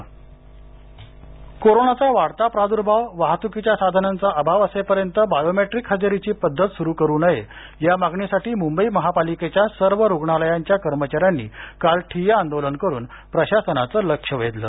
biometric हजेरी कोरोनाचा वाढत प्राद्भाव वाहत्कीच्या साधनांचा अभाव असेपर्यंत बायोमेट्रिक हजेरीची पध्दत सुरू करू नये या मागणीसाठी मुंबई पालिकेच्या सर्व रुग्णालयांच्या कर्मचाऱ्यांनी काल ठिय्या आंदोलन करून प्रशासनाचं लक्ष वेधलं